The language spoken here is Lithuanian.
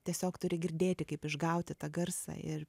tiesiog turi girdėti kaip išgauti tą garsą ir